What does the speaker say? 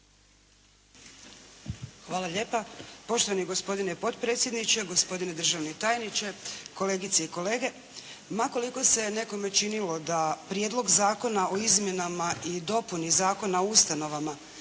Hvala lijepa. Poštovani gospodine potpredsjedniče, gospodine državni tajniče, kolegice i kolege. Ma koliko se nekome činilo da Prijedlog zakona o izmjenama i dopuni Zakona o ustanovama